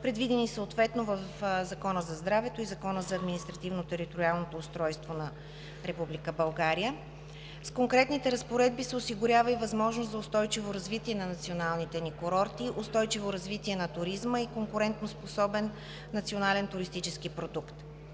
предвидени съответно в Закона за здравето и Закона за административното и териториалното устройство на Република България. С конкретните разпоредби се осигурява и възможност за устойчиво развитие на националните ни курорти, устойчиво развитие на туризма и конкурентоспособен национален туристически продукт.